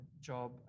job